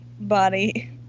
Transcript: body